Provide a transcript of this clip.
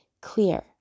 clear